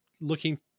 looking